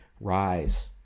rise